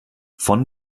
von